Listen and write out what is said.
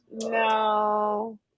No